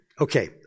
Okay